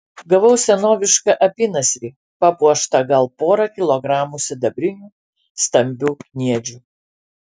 gavau senovišką apynasrį papuoštą gal pora kilogramų sidabrinių stambių kniedžių